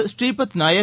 Shripad Naik